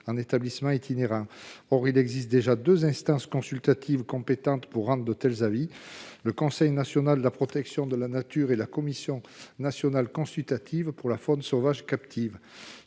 en établissement itinérant. Or deux instances consultatives compétentes peuvent déjà rendre un tel avis : le Conseil national de la protection de la nature (CNPN) et la Commission nationale consultative pour la faune sauvage captive